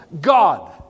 God